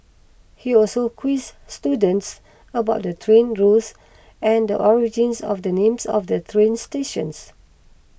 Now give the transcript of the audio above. he also quizzed students about the train routes and the origins of the names of the train stations